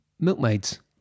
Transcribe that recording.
milkmaids